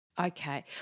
Okay